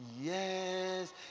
Yes